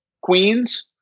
queens